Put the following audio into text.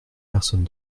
personne